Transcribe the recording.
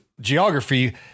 geography